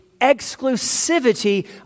exclusivity